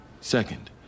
Second